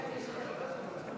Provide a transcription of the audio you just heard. הטלת התפקיד להרכבת הממשלה